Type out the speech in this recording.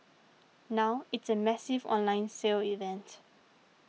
now it's a massive online sale event